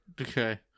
Okay